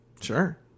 Sure